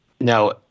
Now